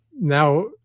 Now